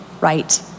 right